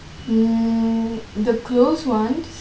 mm the close ones